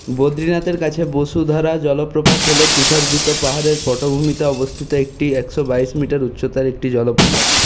বদ্রীনাথের কাছে বসুধারা জলপ্রপাত হল তুষারাবৃত পাহাড়ের পটভূমিতে অবস্থিত একটি দেখো একশো বাইশ মিটার উচ্চতার একটি জলপ্রপাত